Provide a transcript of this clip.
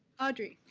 audrey.